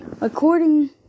according